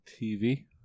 TV